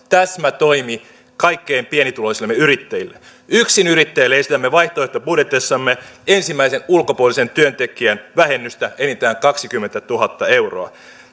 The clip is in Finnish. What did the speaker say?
täsmätoimi kaikkein pienituloisimmille yrittäjille yksinyrittäjille esitämme vaihtoehtobudjetissamme ensimmäisen ulkopuolisen työntekijän vähennystä enintään kaksikymmentätuhatta euroa